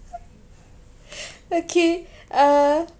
okay uh